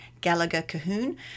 Gallagher-Cahoon